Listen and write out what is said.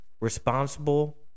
responsible